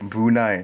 brunei